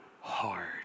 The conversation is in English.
hard